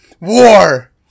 war